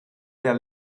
their